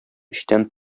эчтән